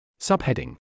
Subheading